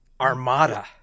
armada